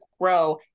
grow